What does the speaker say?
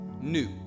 new